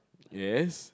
yes